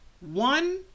One